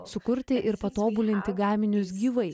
sukurti ir patobulinti gaminius gyvai